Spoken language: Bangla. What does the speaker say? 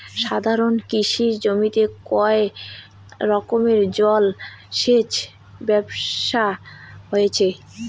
সাধারণত কৃষি জমিতে কয় রকমের জল সেচ ব্যবস্থা রয়েছে?